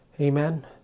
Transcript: Amen